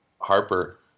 Harper